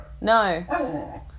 No